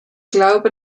glaube